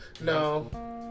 No